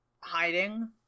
hiding